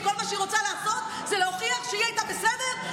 שכל מה שהיא רוצה לעשות הוא להוכיח שהיא הייתה בסדר,